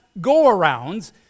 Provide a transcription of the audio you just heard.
go-arounds